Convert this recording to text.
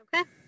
Okay